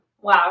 Wow